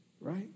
right